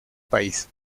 país